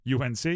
UNC